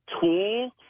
tool